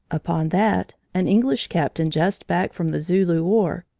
upon that, an english captain just back from the zulu war,